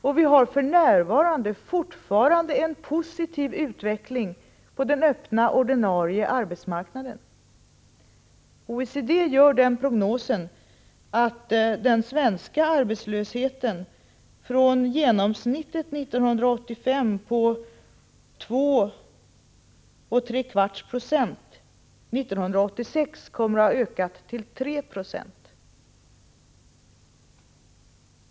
Och vi har fortfarande en positiv utveckling på den öppna ordinarie arbetsmarknaden. OECD gör den prognosen att den svenska arbetslösheten från genomsnittet 1985 på 2 3/4 Jo kommer att ha ökat 1986 till 3 90.